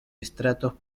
estratos